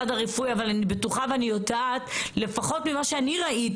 אני הייתי מורה ואת יודעת שהיו מחסנים בבית הספר.